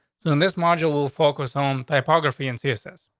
in this module will focus home typography and cia says,